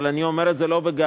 אבל אני אומר את זה לא בגאווה,